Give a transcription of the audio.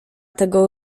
tego